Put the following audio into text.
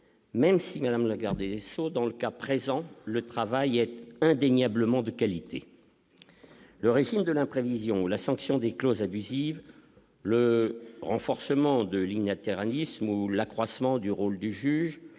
même si Madame Lagarde et vaisseaux dans le cas présent, le travail a indéniablement de qualité, le récit de l'imprévision la sanction des clauses abusives, le renforcement de lignes à terre à Nice où l'accroissement du rôle du juge,